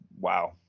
wow